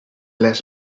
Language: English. less